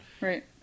Right